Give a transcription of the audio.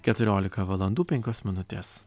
keturiolika valandų penkios minutės